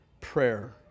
prayer